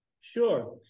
sure